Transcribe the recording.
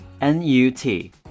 N-U-T